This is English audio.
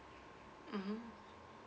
mmhmm